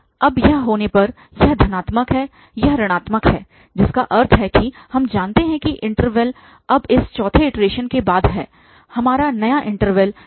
अब यह होने पर यह धनात्मक है यह ऋणात्मक है जिसका अर्थ है कि हम जानते हैं कि इन्टरवल अब इस चौथे इटरेशन के बाद है हमारा नया इन्टरवल 01875021875